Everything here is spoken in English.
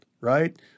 right